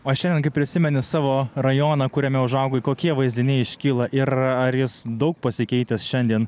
o šiandien kai prisimeni savo rajoną kuriame užaugai kokie vaizdiniai iškyla ir ar jis daug pasikeitęs šiandien